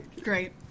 Great